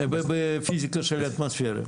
בפיזיקה של האטמוספירה.